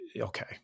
okay